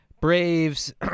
Braves